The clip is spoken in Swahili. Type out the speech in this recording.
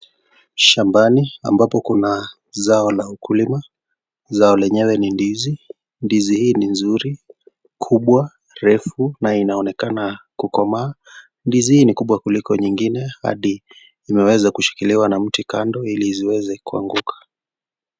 Shambani ambapo kuna zao la ukulima, zao lenyenyewe ni ndizi. Ndizi hili ni nzuri, kubwa, refu na inaonekana kukomaa. Ndizi hili ni kubwa kuliko nyingine. Hadi imeweza kushikiliwa na mti kando ili isiweze kuanguka.